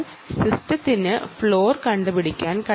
അതിനാൽ സിസ്റ്റത്തിന് ഫ്ളോർ കണ്ടുപിടിക്കാൻ കഴിയണം